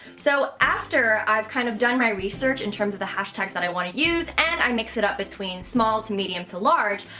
so after i've kind of done my research in terms of the hashtags that i want to use, and i mix it up between small, to medium, to large,